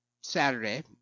Saturday